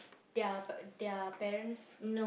their p~ their parents